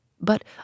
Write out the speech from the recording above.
but